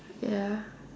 ya